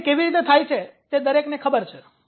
અને તે કેવી રીતે થાય છે તે દરેકને ખબર છે